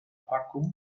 packung